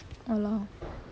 walao